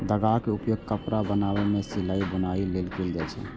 धागाक उपयोग कपड़ा बनाबै मे सिलाइ, बुनाइ लेल कैल जाए छै